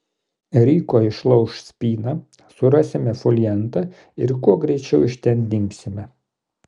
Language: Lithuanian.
ryko išlauš spyną surasime foliantą ir kuo greičiau iš ten dingsime